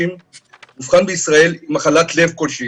מובחן בישראל עם מחלת לב כלשהי.